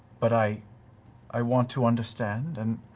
but i i want to understand, and